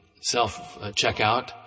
self-checkout